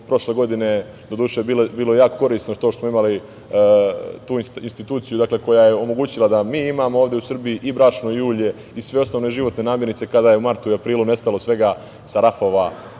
prošle godine, doduše bilo je jako korisno što smo imali tu instituciju, koja je omogućila da mi imamo ovde u Srbiji brašno, i ulje i sve osnovne životne namirnice, kada je u martu i aprilu nestalo svega sa rafova